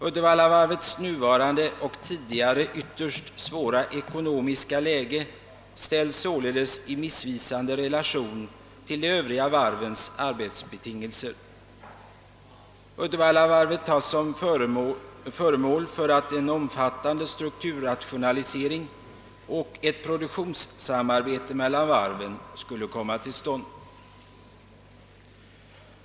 Uddevallavarvets nuvarande och tidigare ytterst svåra ekonomiska läge ställs således i missvisande relation till de Övriga varvens arbetsbetingelser. Uddevallavarvets situation tas om intäkt för att en omfattande strukturrationalisering och ett produktionssamarbete mellan de olika varven borde komma till stånd.